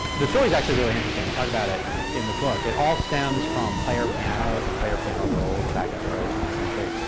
the story's actually really interesting. we talk about it in the book. it all stems from player pianos and player piano rolls back in the early twentieth century.